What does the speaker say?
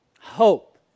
hope